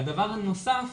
והדבר הנוסף,